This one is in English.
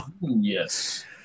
Yes